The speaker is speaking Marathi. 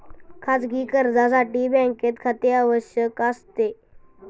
खाजगी कर्जासाठी बँकेत खाते आवश्यक असते